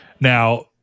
now